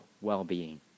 well-being